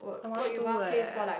I want to leh